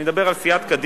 אני מדבר על סיעת קדימה.